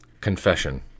Confession